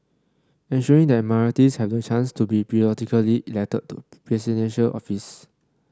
ensuring that minorities have the chance to be periodically elected to Presidential Office